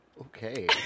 Okay